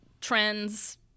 trends